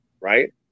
right